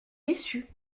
déçu